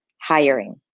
hiring